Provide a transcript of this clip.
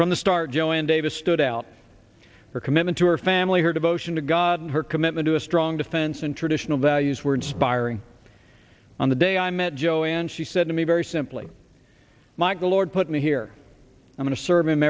from the start joanne davis stood out her commitment to her family her devotion to god and her commitment to a strong defense and traditional values were inspiring on the day i met joe and she said to me very simply mike the lord put me here i'm going to serve him